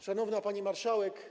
Szanowna Pani Marszałek!